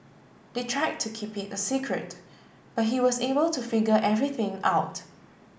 they tried to keep it a secret but he was able to figure everything out